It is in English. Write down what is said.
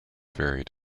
varied